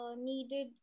needed